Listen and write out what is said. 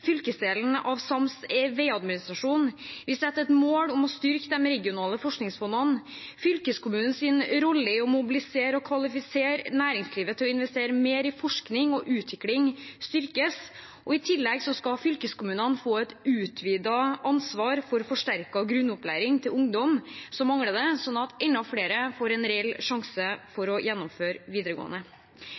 fylkesdelen av sams veiadministrasjon, vi setter et mål om å styrke de regionale forskningsfondene, fylkeskommunenes rolle i å mobilisere og kvalifisere næringslivet til å investere mer i forskning og utvikling styrkes, og i tillegg skal fylkeskommunene få et utvidet ansvar for forsterket grunnopplæring til ungdom som mangler det, sånn at enda flere får en reell sjanse til å gjennomføre videregående